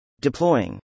Deploying